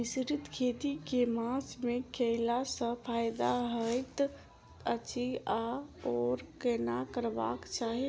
मिश्रित खेती केँ मास मे कैला सँ फायदा हएत अछि आओर केना करबाक चाहि?